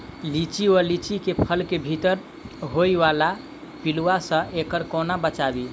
लिच्ची वा लीची केँ फल केँ भीतर होइ वला पिलुआ सऽ एकरा कोना बचाबी?